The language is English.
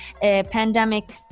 pandemic